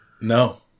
No